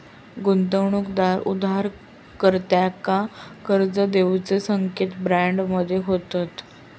गुंतवणूकदार उधारकर्त्यांका कर्ज देऊचे संकेत बॉन्ड मध्ये होतत